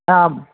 आम्